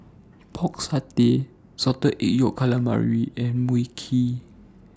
Pork Satay Salted Egg Yolk Calamari and Mui Kee